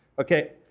Okay